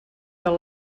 del